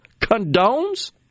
condones